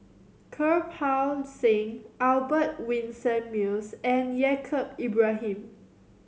Kirpal Singh Albert Winsemius and Yaacob Ibrahim